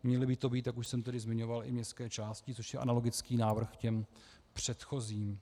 Měly by to být, jak už jsem tady zmiňoval, i městské části, což je analogický návrh k těm předchozím.